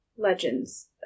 legends